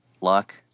Luck